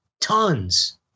tons